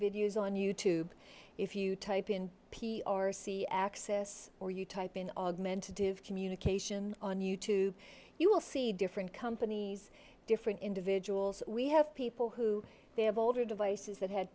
videos on you tube if you type in p r c access or you type in augmentative communication on youtube you will see different companies different individuals we have people who they have older devices that had